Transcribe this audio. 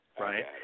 Right